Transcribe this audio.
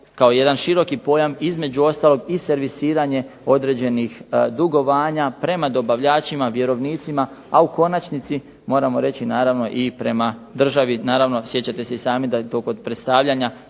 kao jedan široki pojam između ostalog i servisiranje određenih dugovanja, prema dobavljači, vjerovnicima, a u konačnici moramo reći naravno i prema državi, naravno sjećate se i sami da je to kod predstavljanja